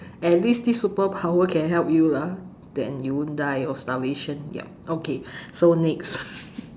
at least this superpower can help you lah then you won't die of starvation yup okay so next